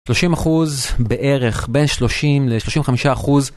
30 אחוז בערך בין 30 ל 35 אחוז.